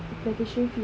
application fee ah